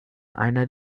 einer